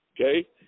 okay